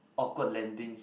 awkward landings